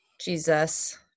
Jesus